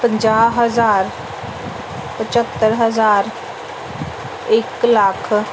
ਪੰਜਾਹ ਹਜ਼ਾਰ ਪਚੱਤਰ ਹਜ਼ਾਰ ਇੱਕ ਲੱਖ